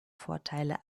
vorteile